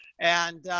and,